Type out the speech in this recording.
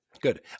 Good